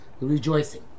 rejoicing